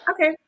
okay